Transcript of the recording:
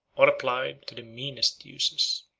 or applied to the meanest uses.